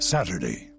Saturday